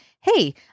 hey